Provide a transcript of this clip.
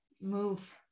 move